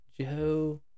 Joe